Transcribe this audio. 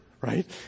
right